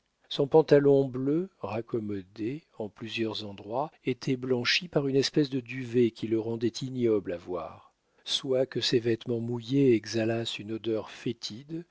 son pantalon bleu raccommodé en plusieurs endroits était blanchi par une espèce de duvet qui le rendait ignoble à voir soit que ses vêtements mouillés exhalassent une odeur fétide